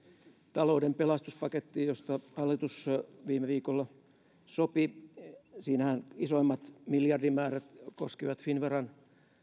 talouden pelastuspakettiin josta hallitus viime viikolla sopi siinähän isoimmat miljardimäärät koskevat finnveran